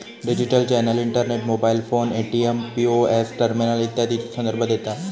digital channel internet, mobile phone, ATM, POS terminal इत्यादीचो संदर्भ देता